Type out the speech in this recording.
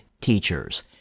teachers